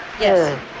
Yes